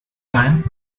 sein